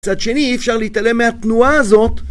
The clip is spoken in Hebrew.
מצד שני, אי אפשר להתעלם מהתנועה הזאת.